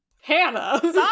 Hannah